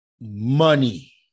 Money